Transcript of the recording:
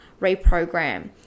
reprogram